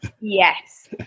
Yes